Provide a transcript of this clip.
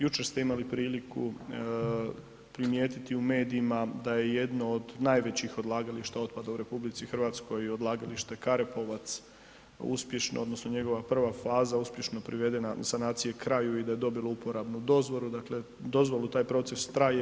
Jučer ste imali priliku primijetiti u medijima da je jedno od najvećih odlagališta otpada u RH odlagalište Karepovac uspješno odnosno njegova prva faza uspješno privedena sanacije kraju i da je dobilo uporabnu dozvolu, dakle dozvolu, taj proces traje.